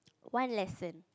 one lesson